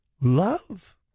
love